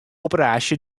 operaasje